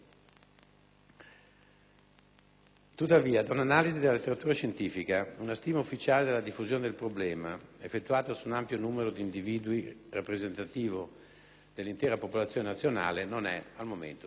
Tuttavia, da un'analisi della letteratura scientifica, una stima ufficiale della diffusione del problema, effettuata su un ampio numero di individui rappresentativo dell'intera popolazione nazionale, non è al momento disponibile.